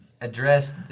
address